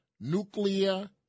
nuclear